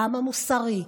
העם המוסרי,